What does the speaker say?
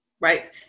Right